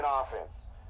offense